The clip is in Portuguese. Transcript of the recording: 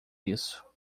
isso